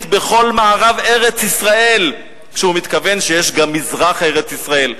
בכל מערב ארץ-ישראל" כשהוא מתכוון שיש גם מזרח ארץ-ישראל,